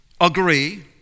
agree